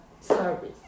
service